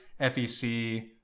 fec